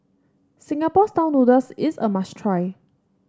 Singapore style noodles is a must try